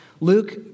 Luke